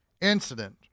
incident